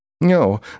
No